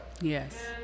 Yes